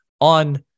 on